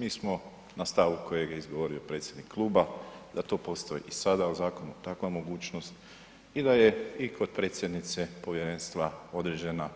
Mi smo na stavu kojeg je izgovorio predsjednik kluba, da to postoji i sada u zakonu, takva mogućnost i da je i kod predsjednice povjerenstva određena